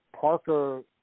Parker